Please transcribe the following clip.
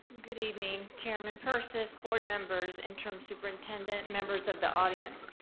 good evening chairman persis, board members, interim superintendent, members of the audience.